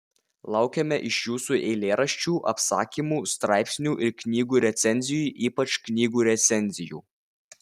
laukiame iš jūsų eilėraščių apsakymų straipsnių ir knygų recenzijų ypač knygų recenzijų